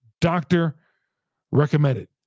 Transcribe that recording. doctor-recommended